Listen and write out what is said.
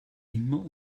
immer